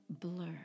Blur